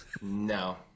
No